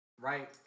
Right